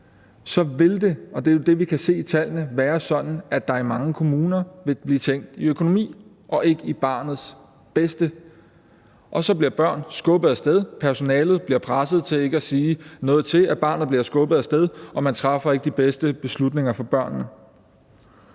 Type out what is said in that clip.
vil det – og det er det, vi kan se i tallene – være sådan, at der i mange kommuner vil blive tænkt i økonomi og ikke i barnets bedste. Så bliver børn skubbet af sted, personalet blev presset til ikke at sige noget til, at barnet bliver skubbet af sted, og man træffer ikke de bedste beslutninger for børnene.